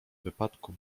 wypadku